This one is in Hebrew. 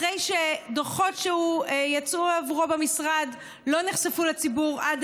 אחרי שדוחות שיצאו עבורו במשרד לא נחשפו לציבור עד